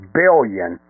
billion